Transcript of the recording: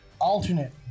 alternate